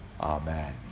Amen